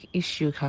issue